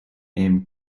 named